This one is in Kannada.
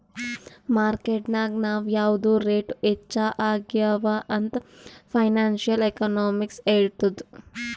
ಮಾರ್ಕೆಟ್ ನಾಗ್ ಯಾವ್ ಯಾವ್ದು ರೇಟ್ ಹೆಚ್ಚ ಆಗ್ಯವ ಅಂತ್ ಫೈನಾನ್ಸಿಯಲ್ ಎಕನಾಮಿಕ್ಸ್ ಹೆಳ್ತುದ್